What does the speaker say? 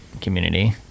community